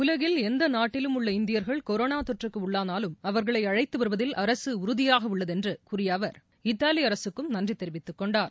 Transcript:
உலகில் எந்த நாட்டிலும் உள்ள இந்தியர்கள் கொரோனா தொற்றுக்கு உள்ளானாலும் அவர்களை அளழத்து வருவதில் அரசு உறுதியாக உள்ளதென்று கூறிய அவர் இத்தாவி அரசுக்கும் நன்றி தெரிவித்துக் கொண்டார்